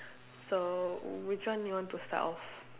so which one you want to start off